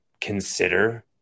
consider